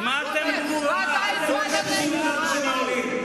אל תדברו בשם העולים.